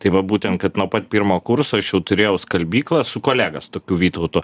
tai va būtent kad nuo pat pirmo kurso aš jau turėjau skalbyklą su kolega su tokiu vytautu